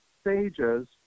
stages